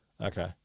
Okay